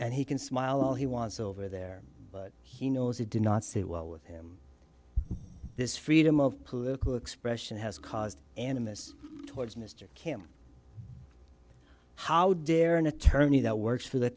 and he can smile all he wants over there but he knows he did not sit well with him this freedom of political expression has caused animus towards mr kim how dare an attorney that works for the